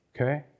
Okay